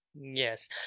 Yes